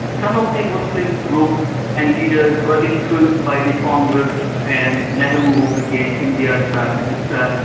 some of the muslim groups and leaders were influenced by the congress and nehru who became india's prime minister,